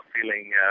feeling